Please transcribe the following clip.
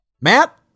Matt